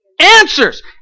answers